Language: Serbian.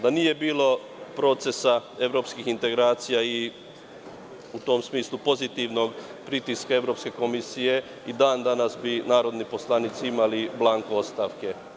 Da nije bilo procesa evropskih integracija i u tom smislu pozitivnog pritiska Evropske komisije i dan danas bi narodni poslanici imali blanko ostavke.